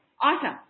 Awesome